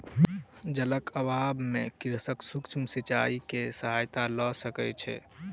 जलक अभाव में कृषक सूक्ष्म सिचाई के सहायता लय सकै छै